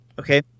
Okay